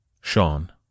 Sean